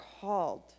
called